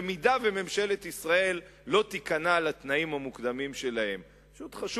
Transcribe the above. אם ממשלת ישראל לא תיכנע לתנאים המוקדמים שלהם.